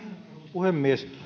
puhemies